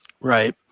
Right